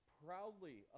proudly